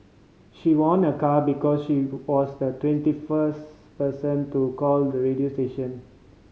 she won a car because she was the twenty first person to call the radio station